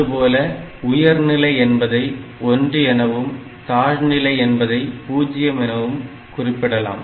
அதுபோல உயர் நிலை என்பதை 1 எனவும் தாழ்நிலை என்பதை 0 எனவும் குறிப்பிடலாம்